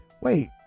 Wait